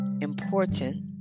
important